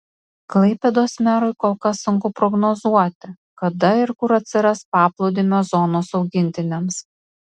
klaipėdos merui kol kas sunku prognozuoti kada ir kur atsiras paplūdimio zonos augintiniams